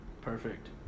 Perfect